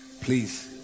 Please